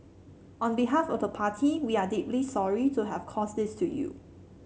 on behalf of the party we are deeply sorry to have caused this to you